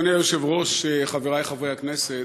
אדוני היושב-ראש, חברי חברי הכנסת,